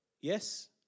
yes